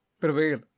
prevail